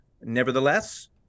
Nevertheless